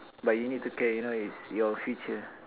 but you need to care you know it's your future